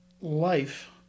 life